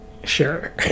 sure